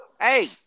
Hey